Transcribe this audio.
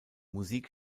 musik